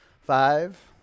Five